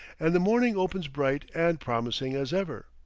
and the morning opens bright and promising as ever.